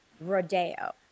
rodeo